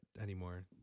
Anymore